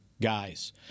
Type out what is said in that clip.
guys